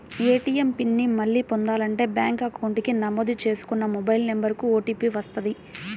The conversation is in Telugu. ఏటీయం పిన్ ని మళ్ళీ పొందాలంటే బ్యేంకు అకౌంట్ కి నమోదు చేసుకున్న మొబైల్ నెంబర్ కు ఓటీపీ వస్తది